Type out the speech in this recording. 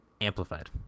Amplified